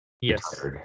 Yes